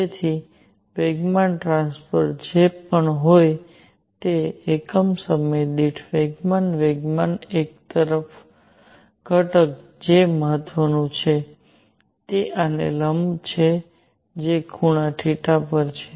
તેથી વેગમાન ટ્રાન્સફર જે પણ હોય તે એકમ સમય દીઠ વેગમાન વેગમાનનો એકમાત્ર ઘટક જે મહત્વનું છે તે આને લંબ છે જે ખૂણા θ પર છે